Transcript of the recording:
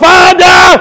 Father